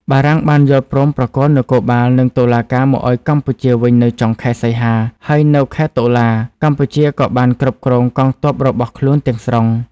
បារាំងបានយល់ព្រមប្រគល់នគរបាល និងតុលាការមកឱ្យកម្ពុជាវិញនៅចុងខែសីហា ហើយនៅខែតុលា កម្ពុជាក៏បានគ្រប់គ្រងកងទ័ពរបស់ខ្លួនទាំងស្រុង។